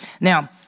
Now